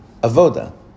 avoda